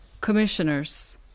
Commissioners